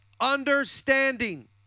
understanding